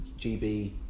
GB